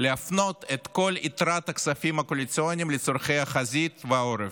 את כל יתרת הכספים הקואליציוניים לצורכי החזית והעורף.